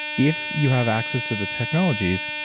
if you have access to the technologies,